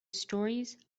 stories